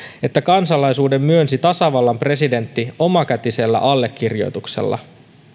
että kansalaisuuden myönsi tasavallan presidentti omakätisellä allekirjoituksella